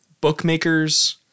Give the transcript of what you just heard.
bookmakers